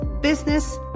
business